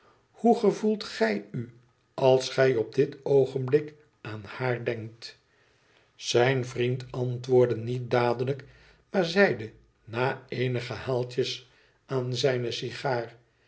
hoe gevoelt gij u als gij op dit oogenblik aan haar denkt zijn vriend antwoordde niet dadelijk maar zeide na eenige haaltjes aan zijne sigaar